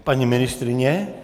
Paní ministryně?